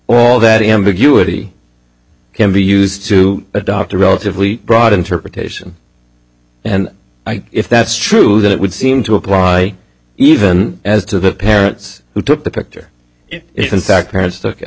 or that ambiguity can be used to adopt a relatively broad interpretation and if that's true that it would seem to apply even as to the parents who took the picture it isn't sacraments to